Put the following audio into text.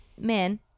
men